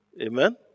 Amen